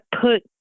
put